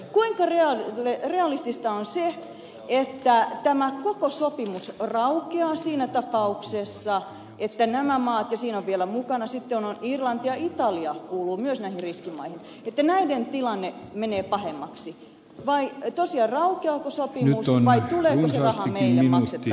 kuinka realistista on se että tämä koko sopimus raukeaa siinä tapauksessa että näiden maiden tilanne ja siinä on vielä mukana sitten irlanti ja italia kuuluu myös näihin riskimaihin menee pahemmaksi vai tosiaan raukeaako sopimus vai tuleeko se raha meille maksettavaksi